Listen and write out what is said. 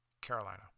Carolina